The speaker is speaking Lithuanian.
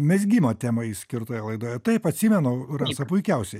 mezgimo temai skirtoje laidoje taip atsimenu rasa puikiausiai